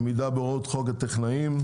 עמידה בהוראות חוק הטכנאים,